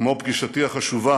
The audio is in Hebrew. כמו פגישתי החשובה